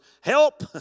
help